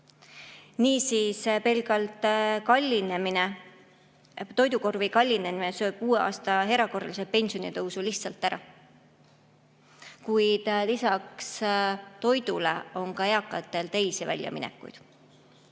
Niisiis, pelgalt toidukorvi kallinemine sööb uue aasta erakorralise pensionitõusu lihtsalt ära. Kuid lisaks toidule on ka eakatel teisi väljaminekuid.